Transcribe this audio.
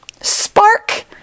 spark